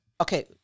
okay